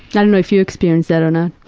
i don't know if you experience that or not.